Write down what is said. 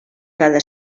cada